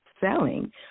selling –